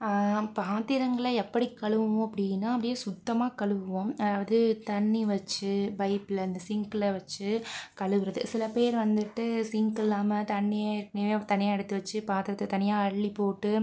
பாத்திரங்களை எப்படி கழுவுவோம் அப்படினா அப்படியே சுத்தமாக கழுவுவோம் அதாவது தண்ணி வச்சு பைப்பில் அந்த சிங்க்ல வச்சு கழுவுறது சிலப்பேர் வந்துட்டு சிங்க் இல்லாமல் தண்ணியை தனியாக எடுத்துவச்சு பாத்திரத்த தனியாக அள்ளிப்போட்டு